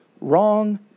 wrong